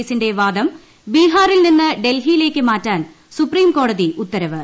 കേസിന്റെ വാദം ബീഹാറിൽ നിന്ന് ഡൽഹിയിലേയ്ക്ക് മാറ്റാൻ സുപ്രീംകോടതി ഉത്തരവ്